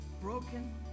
broken